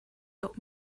doc